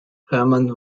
hermann